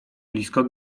blisko